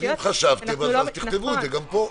אם חשבתם אז תכתבו את זה גם פה.